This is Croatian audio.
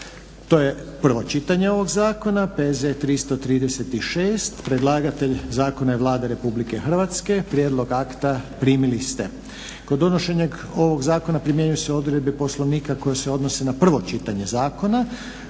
House", prvo čitanje, P.Z. br. 336. Predlagatelj zakona je Vlada Republike Hrvatske. Prijedlog akta primili ste. Kod donošenja ovog zakona primjenjuju se odredbe Poslovnika koje se odnose na prvo čitanje zakona.